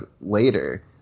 later